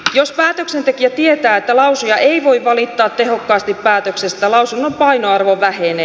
jos päätöksentekijä tietää että lausuja ei voi valittaa tehokkaasti päätöksestä lausunnon painoarvo vähenee